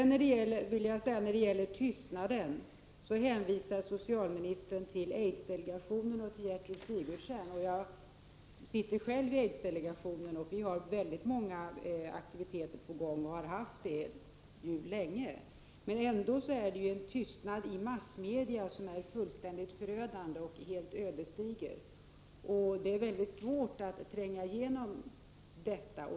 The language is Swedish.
När det gäller tystnaden om aids hänvisar socialministern till aidsdelegationen och Gertrud Sigurdsen. Jag sitter själv i aidsdelegationen. Vi har många aktiviteter på gång och har haft det länge. Men det råder ändå i massmedia en tystnad, som är fullständigt förödande, helt ödesdiger. Det är svårt att tränga igenom den.